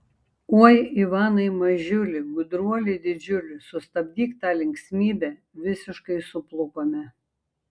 oi ivanai mažiuli gudruoli didžiuli sustabdyk tą linksmybę visiškai suplukome